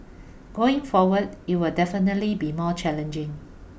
going forward it will definitely be more challenging